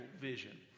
vision